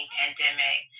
pandemic